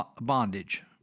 bondage